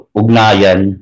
ugnayan